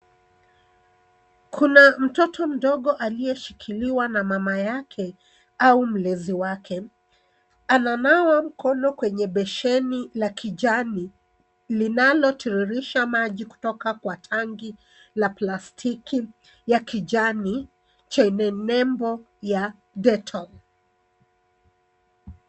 Kuna mtoto mdogo aliye shikiliwa na mama yake au mlezi wake. Ananawa mkono kwenye besheni la kijani linalo tiririsha maji kutoka kwa tangi la plastiki ya kijani chenye nembo ya dettol .